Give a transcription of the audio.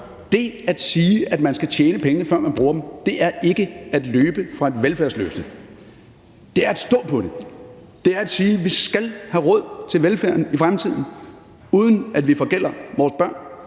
Det at sige, at man skal tjene pengene, før man bruger dem, er ikke at løbe fra et velfærdsløfte, det er at stå på det. Det er at sige, at vi skal have råd til velfærden i fremtiden, uden at vi forgælder vores børn.